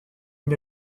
une